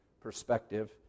perspective